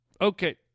Okay